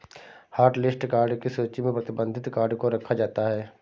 hotlist card की सूची में प्रतिबंधित कार्ड को रखा जाता है